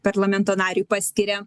parlamento nariui paskiria